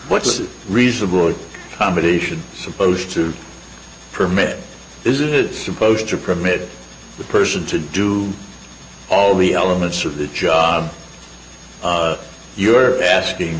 what is reasonable competition supposed to permit isn't it supposed to prevent the person to do all the elements of the job you're asking